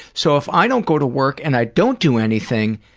so if i don't go to work and i don't do anything,